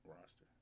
roster